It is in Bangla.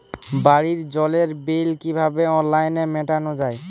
বাড়ির জলের বিল কিভাবে অনলাইনে মেটানো যায়?